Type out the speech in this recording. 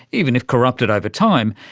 even if corrupted over time,